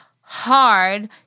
hard